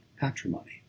patrimony